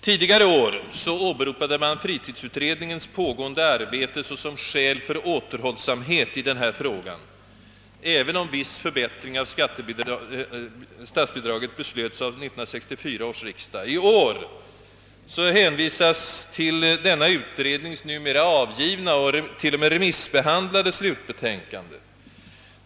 Tidigare år åberopade man fritidsutredningens pågående arbete såsom skäl för återhållsamhet i denna fråga, även om viss förbättring av statsbidraget beslöts av 1964 års riksdag. I år hänvisas till denna utrednings numera avgivna och till och med remissbehandlade slutbetänkande.